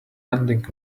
lending